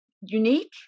unique